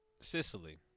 Sicily